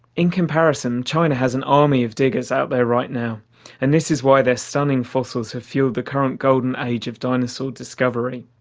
in comparison china has an army of diggers out there right now and that is why their stunning fossils have fuelled the current golden age of dinosaur discovery.